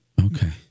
Okay